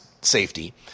Safety